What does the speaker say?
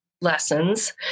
lessons